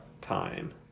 time